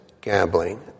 gambling